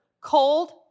cold